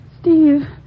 Steve